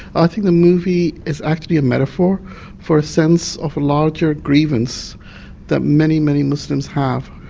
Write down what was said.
i think the movie is actually a metaphor for a sense of a larger grievance that many many muslims have.